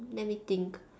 let me think